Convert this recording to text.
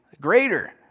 greater